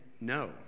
no